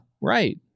right